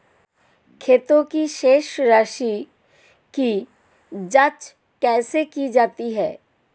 खाते की शेष राशी की जांच कैसे की जाती है?